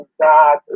God